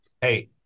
Hey